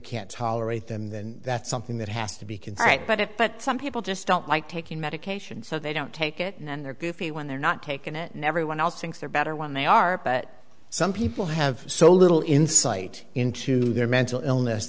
can't tolerate them then that's something that has to be contrite but it but some people just don't like taking medication so they don't take it and they're goofy when they're not taken it never one else thinks they're better when they are but some people have so little insight into their mental illness